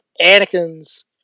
Anakin's